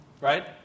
right